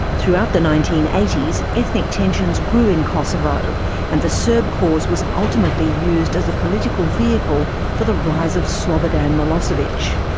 throughout the nineteen eighty s, ethnic tensions grew in kosovo and the serb cause was ultimately used as a political vehicle for the rise of slobodan milosevic.